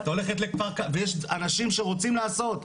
ויש אנשים שרוצים לעשות.